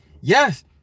Yes